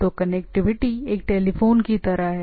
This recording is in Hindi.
तो कनेक्टिविटी एक टेलीफोन की तरह है